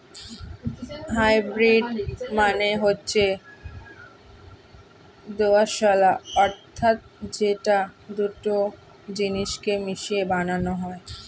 hybrid মানে হচ্ছে দোআঁশলা অর্থাৎ যেটা দুটো জিনিস কে মিশিয়ে বানানো হয়